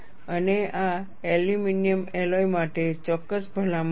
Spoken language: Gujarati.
અને આ એલ્યુમિનિયમ એલોય માટે ચોક્કસ ભલામણો છે